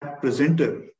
presenter